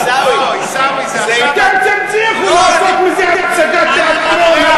אתם תצליחו לעשות מזה הצגת תיאטרון.